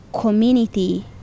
community